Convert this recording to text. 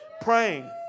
praying